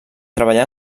treballà